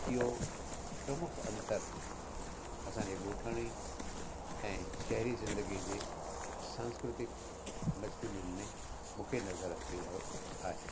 इहो प्रमुख अंतर असांजे ॻोठाणी ऐं शहरी ज़िंदगीअ जे सांस्कृतिक मश्ग़ूलियुनि में मूंखे नज़रु अची रहियो आहे